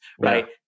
right